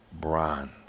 bronze